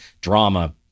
drama